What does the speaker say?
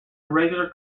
regular